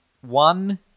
One